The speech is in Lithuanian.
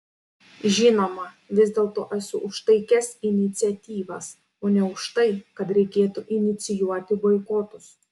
žinoma vis dėlto esu už taikias iniciatyvas o ne už tai kad reikėtų inicijuoti boikotus